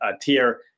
tier